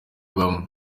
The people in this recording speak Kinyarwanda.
bamwe